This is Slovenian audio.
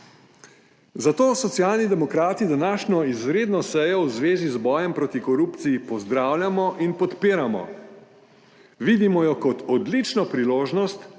Zato Socialni demokrati današnjo izredno sejo v zvezi z bojem proti korupciji pozdravljamo in podpiramo. Vidimo jo kot odlično priložnost,